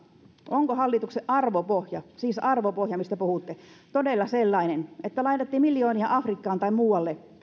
onko hallituksen arvopohja siis arvopohja mistä puhutte todella sellainen että laitatte miljoonia afrikkaan tai muualle